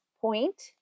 point